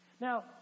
Now